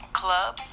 club